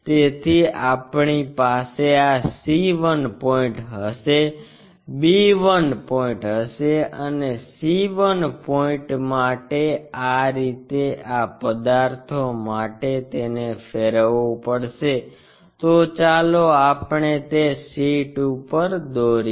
તેથી આપણી પાસે આ c 1 પોઇન્ટ હશે b 1 પોઇન્ટ હશે અને c 1 પોઇન્ટ માટે આ રીતે આ પદાર્થો માટે તેને ફેરવવું પડશે તો ચાલો આપણે તે શીટ ઉપર દોરીએ